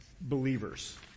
believers